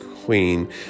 queen